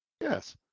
Yes